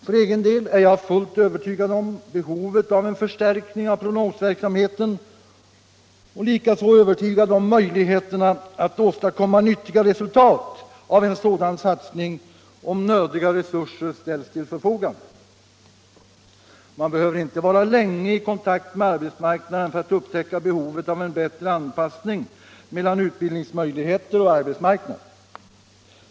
För egen del är jag helt övertygad om behovet av en förstärkning av prognosverksamheten och om möjligheterna att åstadkomma nyttiga resultat av en sådan satsning, ifall nödiga resurser ställs till förfogande. Man behöver inte vara länge i kontakt med arbetsmarknaden för att upptäcka behovet av en bättre anpassning mellan utbildningsmöjligheter och arbetsmarknad.